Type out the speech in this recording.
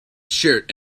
shirt